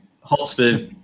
Hotspur